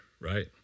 right